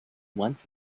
once